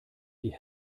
die